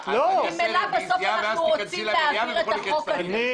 כאשר ממילא בסוף אנחנו רוצים להעביר את החוק הזה.